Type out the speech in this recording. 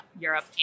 Europe